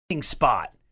spot